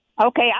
Okay